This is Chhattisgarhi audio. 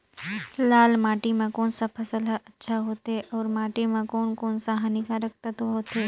लाल माटी मां कोन सा फसल ह अच्छा होथे अउर माटी म कोन कोन स हानिकारक तत्व होथे?